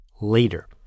later